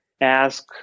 ask